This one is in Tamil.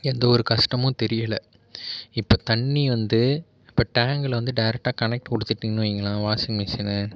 எந்த ஒரு கஷ்டமும் தெரியலை இப்போ தண்ணி வந்து இப்போ டேங்கில் வந்து டேரக்ட்டாக கனக்ட் கொடுத்துட்டிங்கன்னு வைங்களேன் வாஷிங் மிஷின்